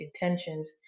intentions